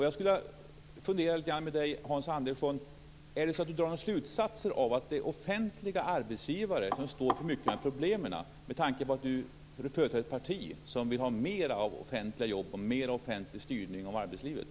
Jag skulle vilja fråga Hans Andersson om han drar några slutsatser av att det är offentliga arbetsgivare som står för många av dessa problem. Jag tänker på att han företräder ett parti som vill ha fler offentliga jobb och mer offentlig styrning av arbetslivet.